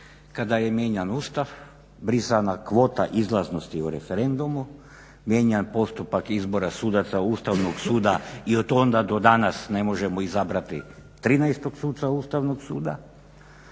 je mijenja Ustav, brisanja kvota izlaznosti u referendumu, mijenjan postupak izbora sudaca Ustavnog suda i od onda do danas ne možemo izabrati 13.suca ustavnog suda,